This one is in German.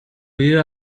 wieder